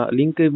link